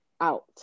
out